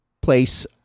place